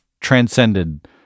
transcended